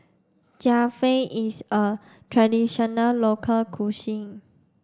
Japchae is a traditional local cuisine